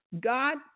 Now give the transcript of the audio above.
God